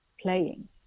playing